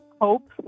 hope